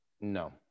No